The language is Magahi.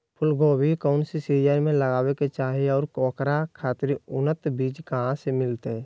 फूलगोभी कौन सीजन में लगावे के चाही और ओकरा खातिर उन्नत बिज कहा से मिलते?